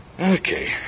Okay